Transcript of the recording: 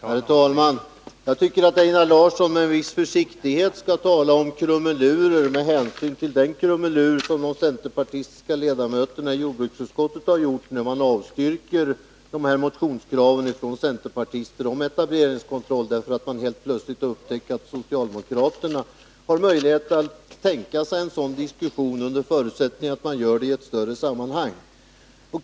Herr talman! Jag tycker att Einar Larsson med en viss försiktighet skall tala om krumelurer med hänsyn till den krumelur som de centerpartistiska ledamöterna i jordbruksutskottet har gjort när man avstyrkt de här motionskraven från centerpartister om etableringskontroll, därför att han helt plötsligt upptäckte att socialdemokraterna kunde tänka sig en sådan diskussion under förutsättning att den sker i ett större sammanhang.